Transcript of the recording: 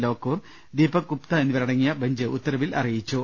ലോക്കൂർ ദീപക് ഗുപ്ത എന്നിവരടങ്ങിയ ബഞ്ച് ഉത്തരവിൽ അറി യിച്ചു